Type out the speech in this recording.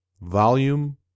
Volume